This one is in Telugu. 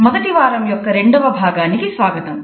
మొదటి వారం యొక్క రెండవ భాగానికి స్వాగతం